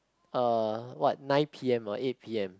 uh what nine p_m or eight p_m